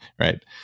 right